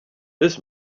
this